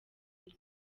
isi